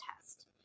test